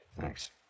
Thanks